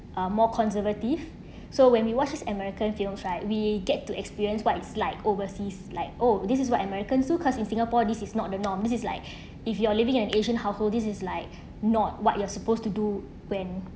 uh more conservative so when we watch is american feels right we get to experience what it's like overseas like oh this is what american so cause in singapore this is not the norm this like if you're living in an asian household this is like not what you're supposed to do when